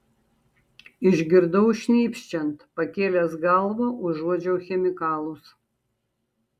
išgirdau šnypščiant pakėlęs galvą užuodžiau chemikalus